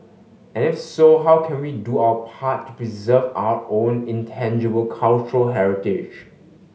and if so how can we do our part to preserve our own intangible cultural heritage